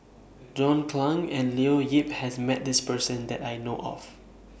John Clang and Leo Yip has Met This Person that I know of